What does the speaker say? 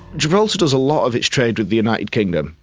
gibraltar does a lot of its trade with the united kingdom,